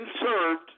served